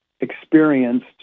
experienced